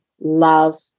love